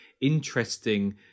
interesting